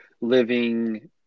living